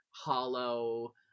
hollow